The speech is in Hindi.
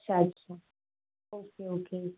अच्छा अच्छा ओके ओके